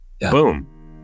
Boom